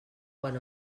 quan